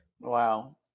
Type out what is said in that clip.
Wow